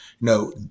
No